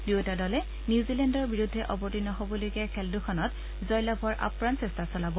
দুয়োটা দলে নিউজিলেণ্ডৰ বিৰুদ্ধে অৱতীৰ্ণ হ'বলগীয়া খেল দুখনত জয়লাভৰ আপ্ৰাণ চেষ্টা চলাব